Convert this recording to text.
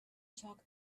talk